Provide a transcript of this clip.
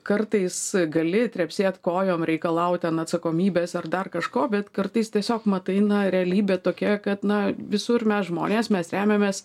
kartais gali trepsėt kojom reikalaut ten atsakomybės ar dar kažko bet kartais tiesiog matai na realybė tokia kad na visur mes žmonės mes remiamės